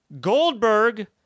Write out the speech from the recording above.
Goldberg